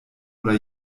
oder